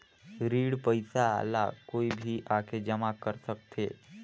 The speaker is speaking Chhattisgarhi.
ऋण पईसा ला कोई भी आके जमा कर सकथे?